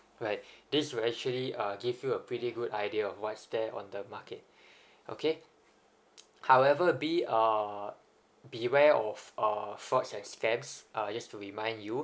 right this will actually uh give you a pretty good idea of what's there on the market okay however be~ uh beware of uh frauds and scams uh just to remind you